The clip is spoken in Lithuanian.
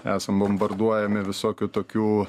esam bombarduojami visokių tokių